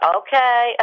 okay